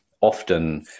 Often